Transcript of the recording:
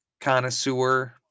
connoisseur